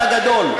אתה גדול.